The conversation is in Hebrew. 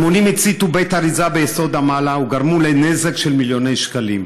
אלמונים הציתו בית אריזה ביסוד המעלה וגרמו לנזק של מיליוני שקלים.